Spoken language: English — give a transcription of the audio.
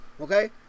Okay